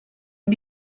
amb